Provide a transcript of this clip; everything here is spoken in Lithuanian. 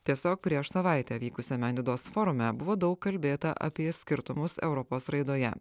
tiesiog prieš savaitę vykusiame nidos forume buvo daug kalbėta apie skirtumus europos raidoje